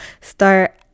start